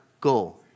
goal